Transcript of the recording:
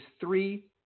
three